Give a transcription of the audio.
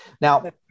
now